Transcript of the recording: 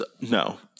No